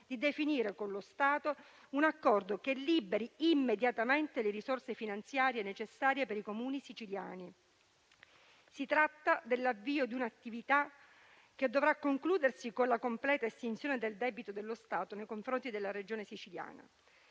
competenti, con lo Stato un accordo che liberi immediatamente le risorse finanziarie necessarie per i Comuni siciliani. Si tratta dell'avvio di un'attività che dovrà concludersi con la completa estinzione del debito dello Stato nei confronti della Regione Siciliana.